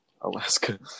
Alaska